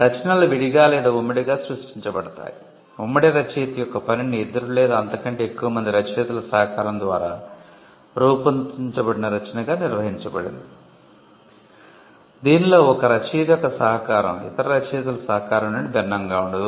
రచనలు విడిగా లేదా ఉమ్మడిగా సృష్టించబడతాయి ఉమ్మడి రచయిత యొక్క పనిని ఇద్దరు లేదా అంతకంటే ఎక్కువ మంది రచయితల సహకారం ద్వారా రూపొందించబడిన రచనగా నిర్వచించబడింది దీనిలో ఒక రచయిత యొక్క సహకారం ఇతర రచయితల సహకారం నుండి భిన్నంగా ఉండదు